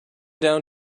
down